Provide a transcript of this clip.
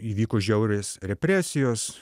įvyko žiaurios represijos